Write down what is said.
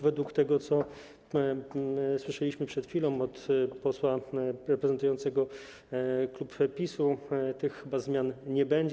Według tego, co słyszeliśmy przed chwilą od posła reprezentującego klub PiS, tych zmian chyba nie będzie.